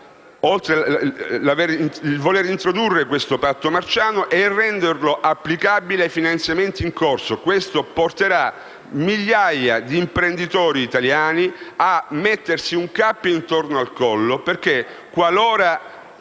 oltre al volere introdurre questo patto marciano, è renderlo applicabile ai finanziamenti in corso: questo porterà migliaia di imprenditori italiani a mettersi un cappio intorno al collo perché, nel caso